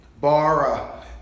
Bara